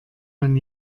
man